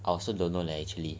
I also don't know leh actually